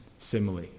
simile